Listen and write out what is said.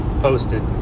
posted